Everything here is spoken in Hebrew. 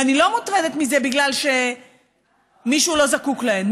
ואני לא מוטרדת מזה בגלל שמישהו לא זקוק להן,